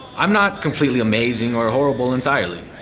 i'm not completely amazing or horrible entirely.